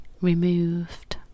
removed